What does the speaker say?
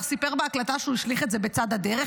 סיפר בהקלטה שהוא השליך את זה בצד הדרך,